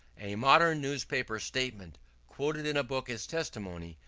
a modern newspaper-statement quoted in a book as testimony,